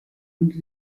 und